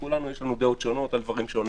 לכולנו יש דעות שונות על דברים שונים,